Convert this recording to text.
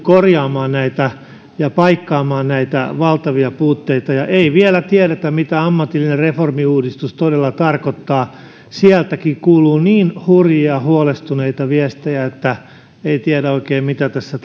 korjaamaan ja paikkaamaan näitä valtavia puutteita ja vielä ei tiedetä mitä ammatillinen reformi uudistus todella tarkoittaa sieltäkin kuuluu niin hurjia huolestuneita viestejä että ei oikein tiedä mitä tässä